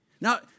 Now